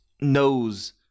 knows